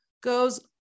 goes